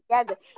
together